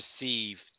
received